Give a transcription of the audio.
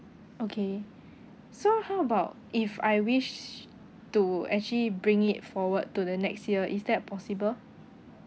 okay so how about if I wish to actually bring it forward to the next year is that possible